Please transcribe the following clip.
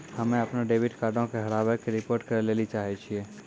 हम्मे अपनो डेबिट कार्डो के हेराबै के रिपोर्ट करै लेली चाहै छियै